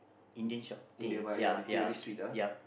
Indian shop teh ya ya ya